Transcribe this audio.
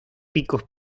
picos